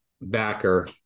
backer